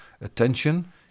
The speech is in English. attention